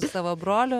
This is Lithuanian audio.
savo brolio